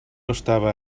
estava